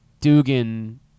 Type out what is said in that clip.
Dugan